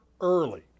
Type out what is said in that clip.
early